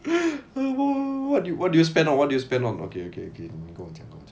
what do you what do you spend on what do you spend on